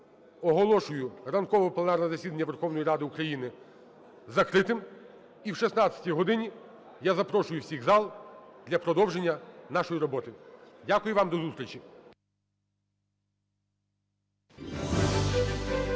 оголошую ранкове пленарне засідання Верховної Ради України закритим. І о 16 годині я запрошую всіх в зал для продовження нашої роботи. Дякую вам. До зустрічі.